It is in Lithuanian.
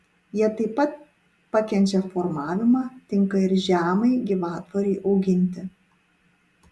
jie taip pat pakenčia formavimą tinka ir žemai gyvatvorei auginti